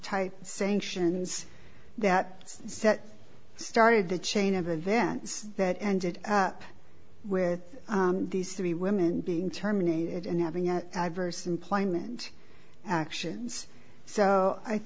type same sions that set started the chain of events that ended up with these three women being terminated and having yet adverse employment actions so i